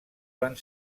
van